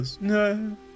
No